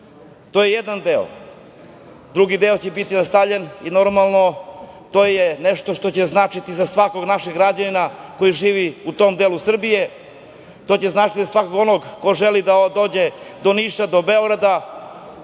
To je jedan deo. Drugi deo će biti nastavljen i to je nešto što će značiti svakom našem građaninu koji živi u tom delu Srbije. To će značiti svakom onom ko želi da dođe do Niša, do Beograda